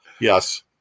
Yes